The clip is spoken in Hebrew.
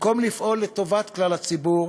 במקום לפעול לטובת כלל הציבור,